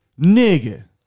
Nigga